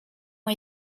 ont